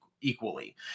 equally